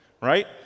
right